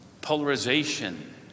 polarization